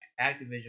Activision